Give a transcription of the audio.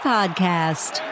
Podcast